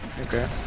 Okay